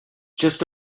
just